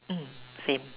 mm same